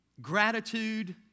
Gratitude